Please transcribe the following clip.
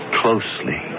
closely